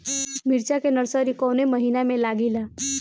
मिरचा का नर्सरी कौने महीना में लागिला?